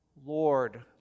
Lord